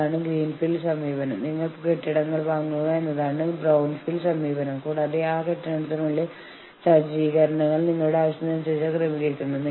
contract അഡ്മിനിസ്ട്രേഷന്റെ ചില ഗുണങ്ങൾ എന്തെന്നാൽ അത് ജീവനക്കാരന് ജീവനക്കാരന്റെ കേസ് പ്രതിനിധീകരിക്കുന്ന മാനേജ്മെന്റിന് സമർപ്പിക്കുന്ന ഒരു അഭിഭാഷകനെ നൽകുന്നു